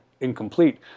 Incomplete